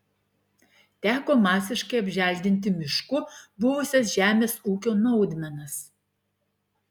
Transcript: teko masiškai apželdinti mišku buvusias žemės ūkio naudmenas